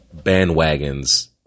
bandwagons